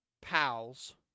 pals